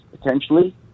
potentially